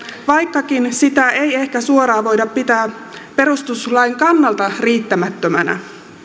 vaikkakaan sitä ei ehkä suoraan voida pitää perustuslain kannalta riittämättömänä